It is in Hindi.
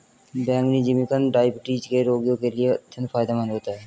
बैंगनी जिमीकंद डायबिटीज के रोगियों के लिए अत्यंत फायदेमंद होता है